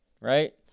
Right